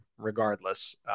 Regardless